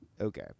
Okay